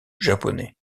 japonais